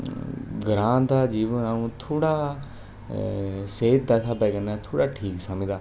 ग्रांऽ दा जीवन अ'ऊं थोह्ड़ा सेह्त दे स्हाबै कन्नै थोह्ड़ा ठीक समझगा